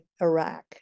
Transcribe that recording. Iraq